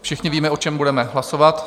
Všichni víme, o čem budeme hlasovat.